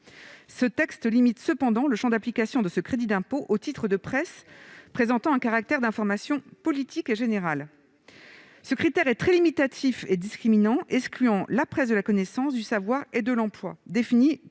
Ce texte limite néanmoins le champ d'application de ce crédit d'impôt aux titres de presse présentant un caractère « d'information politique et générale ». Ce critère est très limitatif et discriminant, car il exclut la presse de la connaissance, du savoir et de l'emploi, définie,